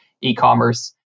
e-commerce